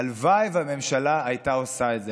הלוואי שהממשלה הייתה עושה את זה.